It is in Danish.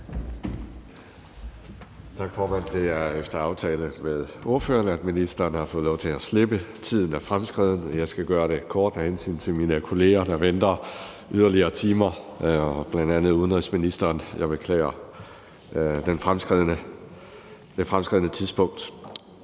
Tak, formand. Det er efter aftale med ordførerne, at ministeren har fået lov til at slippe. Tiden er fremskreden, og jeg skal gøre det kort af hensyn til mine kolleger, der venter yderligere timer, bl.a. udenrigsministeren. Jeg beklager det fremskredne tidspunkt.